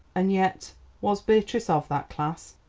and yet was beatrice of that class?